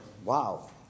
Wow